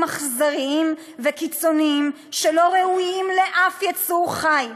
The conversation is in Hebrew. אכזריים וקיצוניים שלא ראויים לאף יצור חי.